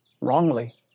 wrongly